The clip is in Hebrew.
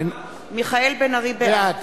בעד